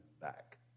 back